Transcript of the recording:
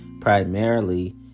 primarily